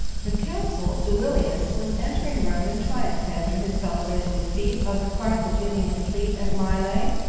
the consul duilius was entering rome in triumph after his celebrated defeat of the carthaginian fleet at mylae.